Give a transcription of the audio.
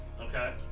Okay